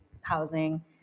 housing